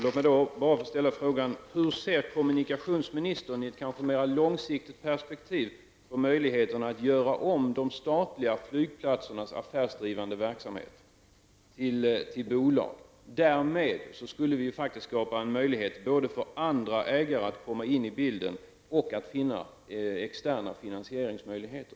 Låt mig då bara ställa frågan: Hur ser kommunikationsministern i ett mer långsiktigt perspektiv på möjligheterna att göra om de statliga flygplatsernas affärsdrivande verksamhet till bolag? Därmed skulle vi faktiskt skapa en möjlighet både för andra ägare att komma in i bilden och att finna externa finansieringsmöjligheter.